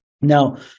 Now